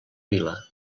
vila